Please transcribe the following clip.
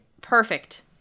Perfect